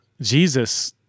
Jesus